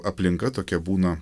aplinka tokia būna